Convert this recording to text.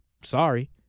Sorry